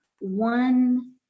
one